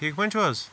ٹھیٖک پٲٹھۍ چھِو حظ